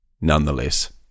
nonetheless